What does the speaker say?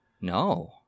No